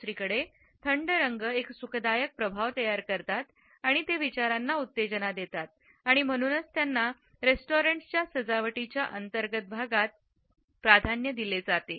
दुसरीकडे थंड रंग एक सुखदायक प्रभाव तयार करतात आणि ते विचारांना उत्तेजन देतात आणि म्हणूनच त्यांना रेस्टॉरंट्सची सजावटीच्या अंतर्गत भागात प्राधान्य दिले जाते